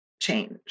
change